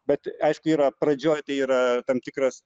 bet aiškiai yra pradžioj tai yra tam tikras